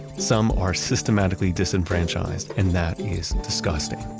some are systematically disenfranchised and that is disgusting.